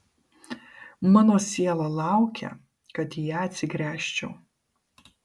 mano siela laukia kad į ją atsigręžčiau